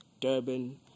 Durban